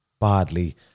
badly